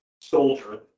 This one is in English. soldier